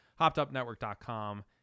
hoppedupnetwork.com